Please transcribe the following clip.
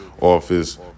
office